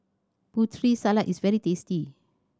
Putri Salad is very tasty